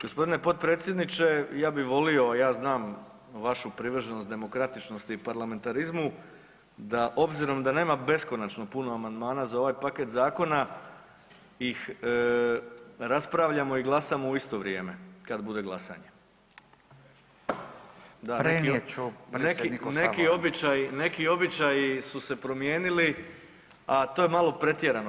Gospodine potpredsjedniče, ja bi volio ja znam vašu privrženost demokratičnosti i parlamentarizmu obzirom da nema beskonačno puno amandmana za ovaj paket zakona ih raspravljamo i glasamo u isto vrijeme kad bude glasanje [[Upadica Radin: Prenijet ću.]] Neki običaji su se promijenili, a to je malo pretjerano.